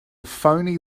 phoney